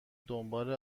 دنبال